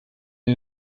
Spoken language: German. der